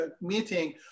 meeting